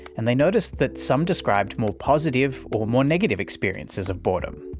and they noticed that some described more positive or more negative experiences of boredom.